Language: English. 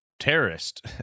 terrorist